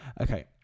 okay